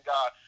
God